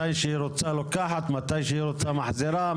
מתי שהיא רוצה, לוקחת, מתי שהיא רוצה, מחזירה?